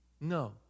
No